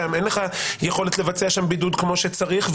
אין לו יכולת לבצע בידוד כמו שצריך.